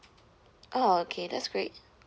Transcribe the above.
oh okay that's great